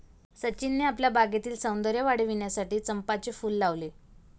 सचिनने आपल्या बागेतील सौंदर्य वाढविण्यासाठी चंपाचे फूल लावले